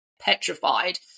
petrified